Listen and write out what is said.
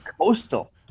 coastal